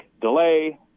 delay